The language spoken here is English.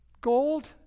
Gold